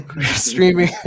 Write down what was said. Streaming